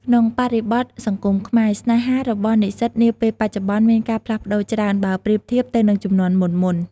ក្នុងបរិបទសង្គមខ្មែរ ស្នេហារបស់និស្សិតនាពេលបច្ចុប្បន្នមានការផ្លាស់ប្តូរច្រើន បើប្រៀបធៀបទៅនឹងជំនាន់មុនៗ។